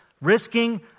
risking